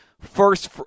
first